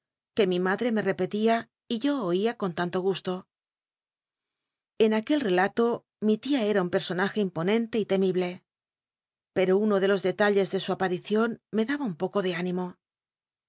que mi madre repelía y yo oía con tanto uslo en aquel relato mi tia era un personaje imponente y temible pero uno de los detalles de su aparicion me daba un poco de ánimo